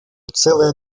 целое